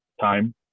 time